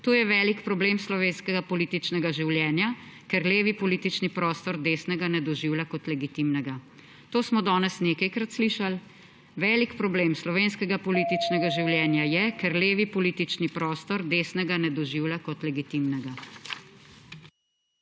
To je velik problem slovenskega političnega življenja, ker levi politični prostor desnega ne doživlja kot legitimnega.« To smo danes nekajkrat slišali. Velik problem slovenskega političnega življenja je, ker levi politični prostor desnega ne doživlja kot legitimnega.